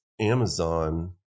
Amazon –